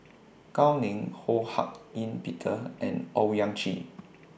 Gao Ning Ho Hak Ean Peter and Owyang Chi